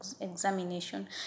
examination